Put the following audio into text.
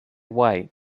white